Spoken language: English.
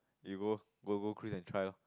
you go go go cruise and try lor